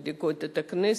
מדאיגות את הכנסת,